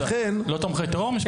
לא תומכי טרור משפחות מחבלים.